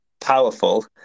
powerful